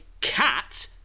cat